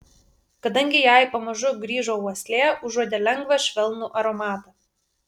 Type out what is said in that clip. kadangi jai pamažu grįžo uoslė užuodė lengvą švelnų aromatą